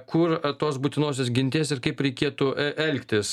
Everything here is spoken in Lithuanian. kur tos būtinosios ginties ir kaip reikėtų elgtis